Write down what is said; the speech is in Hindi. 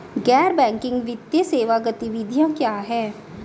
गैर बैंकिंग वित्तीय सेवा गतिविधियाँ क्या हैं?